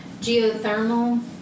geothermal